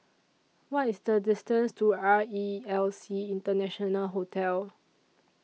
What IS The distance to R E L C International Hotel